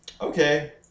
Okay